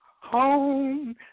Home